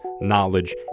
knowledge